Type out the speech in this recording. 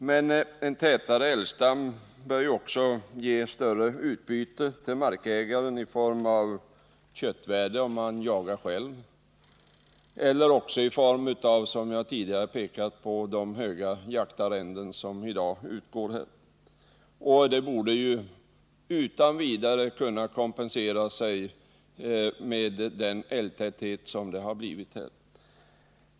Men en större älgstam bör också kunna ge bättre utbyte för markägaren i form av köttvärde, om han jagar själv, eller också — som jag tidigare pekade på i form av de höga avgifterna för jaktarrenden som i dag utgår. På grund av älgtätheten borde han utan vidare också kunna kompensera sig för skadorna.